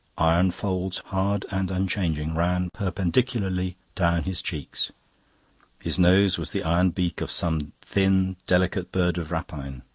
iron folds, hard and unchanging, ran perpendicularly down his cheeks his nose was the iron beak of some thin, delicate bird of rapine.